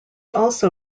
also